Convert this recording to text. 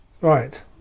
Right